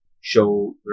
show